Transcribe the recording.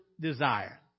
desire